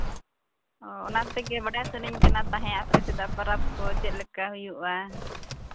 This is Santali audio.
ᱚ ᱚᱱᱟ ᱛᱮᱜᱮ ᱵᱟᱲᱟᱭ ᱥᱟᱱᱟᱧ ᱠᱟᱱᱟ ᱛᱟᱦᱮᱸᱜ ᱟᱯᱮ ᱥᱮᱱᱟᱜ ᱯᱚᱨᱚᱵᱽ ᱠᱚ ᱪᱮᱫ ᱞᱮᱠᱟ ᱦᱩᱭᱩᱜᱼᱟ